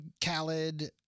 Khaled